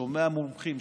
שומע מומחים,